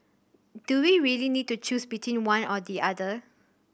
do we really need to choose between one or the other